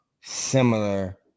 similar